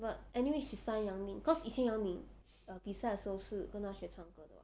but anyway she sign yang min because 以前 yang min 比赛的时候是跟她学唱歌的 [what]